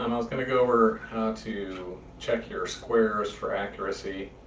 um i was going to go over how to check your squares for accuracy